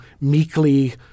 meekly